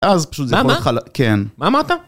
אז פשוט זה מולך על... כן. מה אמרת?